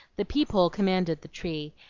the peep-hole commanded the tree,